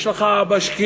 יש לך משקיעים,